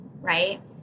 right